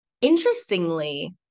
Interestingly